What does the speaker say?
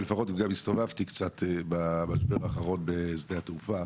וגם הסתובבתי קצת במשבר האחרון בשדה התעופה